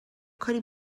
کاری